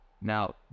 Now